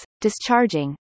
discharging